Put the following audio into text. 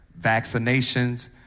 Vaccinations